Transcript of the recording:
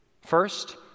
first